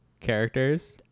characters